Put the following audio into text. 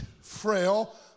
frail